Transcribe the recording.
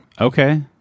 Okay